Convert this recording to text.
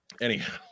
Anyhow